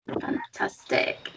Fantastic